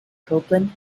copeland